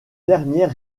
dernière